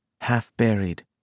half-buried